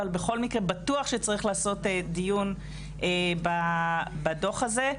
אבל בכל מקרה בטוח שצריך לעשות דיון בדוח הזה.